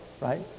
Right